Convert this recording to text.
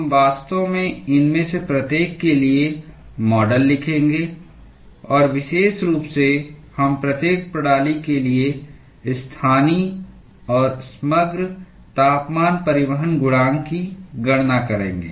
हम वास्तव में इनमें से प्रत्येक के लिए मॉडल लिखेंगे और विशेष रूप से हम प्रत्येक प्रणाली के लिए स्थानीय और समग्र ताप परिवहन गुणांक की गणना करेंगे